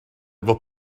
fod